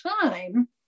time